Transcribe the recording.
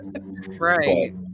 right